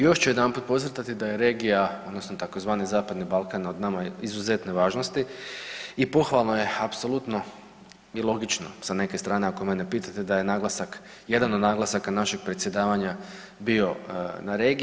Još ću jedanput podcrtati da je regija odnosno tzv. Zapadni Balkan od nama izuzetne važnosti i pohvalno je apsolutno i logično sa neke strane ako mene pitate da je naglasak, jedan od naglasaka našeg predsjedavanja bio na regiji.